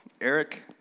Eric